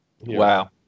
Wow